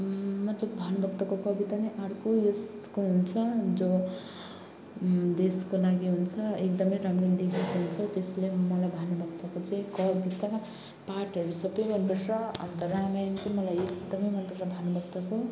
मतलब भानुभक्तको कविता नै अर्को उयसको हुन्छ जो देशको लागि हुन्छ एकदम राम्रो लेखेको हुन्छ त्यसले मलाई भानुभक्तको चाहिँ कविता पाठहरू सबै मन पर्छ अन्त रामायण चाहिँ मलाई एकदम मन पर्छ भानुभक्तको